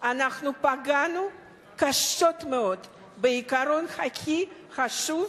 פגענו קשה מאוד בעיקרון הכי חשוב